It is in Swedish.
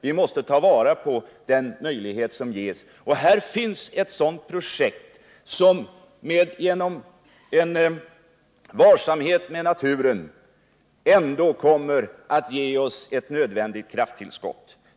Vi måste ta vara på de möjligheter som ges, och här finns ett projekt som genom varsamhet med naturen ändå kommer att ge oss ett nödvändigt krafttillskott.